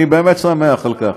אני באמת שמח על כך.